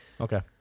Okay